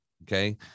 Okay